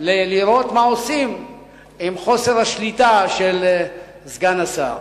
לראות מה עושים עם חוסר השליטה של סגן השר.